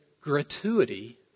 gratuity